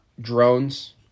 drones